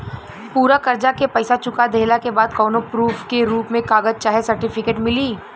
पूरा कर्जा के पईसा चुका देहला के बाद कौनो प्रूफ के रूप में कागज चाहे सर्टिफिकेट मिली?